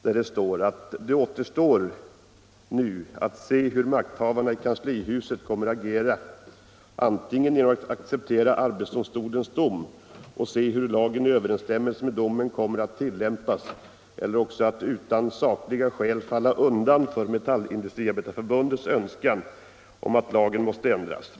Där heter det: ”Det återstår nu att se hur makthavarna i Kanslihuset kommer att agera antingen genom att acceptera arbetsdomstolens dom och se hur lagen i överensstämmelse med domen kommer att tillämpas eller också att utan sakliga skäl falla undan för Metallindustriarbetareförbundets önskan om att lagen måste ändras.